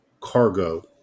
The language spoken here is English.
cargo